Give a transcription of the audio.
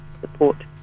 Support